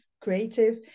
creative